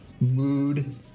mood